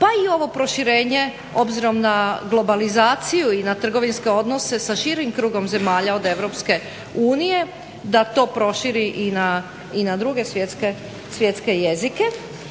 pa i ovo proširenje obzirom na globalizaciju i na trgovinske odnose sa širim krugom zemalja od EU da to proširi i na druge svjetske jezike.